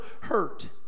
hurt